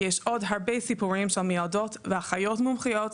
יש עוד הרבה סיפורים של מיילדות ואחיות מומחיות,